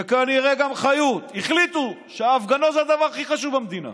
וכנראה גם חיות החליטו שההפגנות זה הדבר הכי חשוב במדינה.